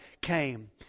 came